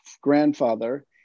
grandfather